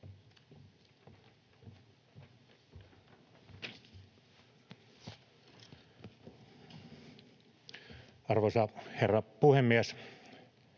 Arvoisa herra puhemies!